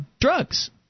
drugs